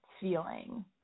feeling